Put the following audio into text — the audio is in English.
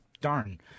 Darn